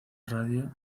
radio